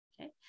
okay